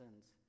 sins